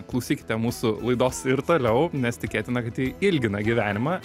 klausykite mūsų laidos ir toliau nes tikėtina kad ji ilgina gyvenimą